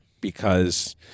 because-